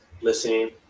listening